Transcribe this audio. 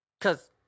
Cause